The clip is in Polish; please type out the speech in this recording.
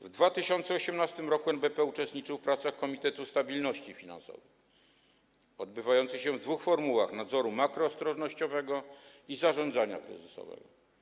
W 2918 r. NBP uczestniczył w pracach Komitetu Stabilności Finansowej odbywających się w dwóch formułach: nadzoru makroostrożnościowego i zarządzania kryzysowego.